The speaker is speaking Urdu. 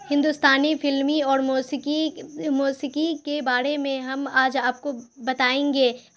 ہندوستانی فلمی اور موسیقی موسیقی کے بارے میں ہم آج آپ کو بتائیں گے